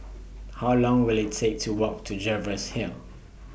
How Long Will IT Take to Walk to Jervois Hill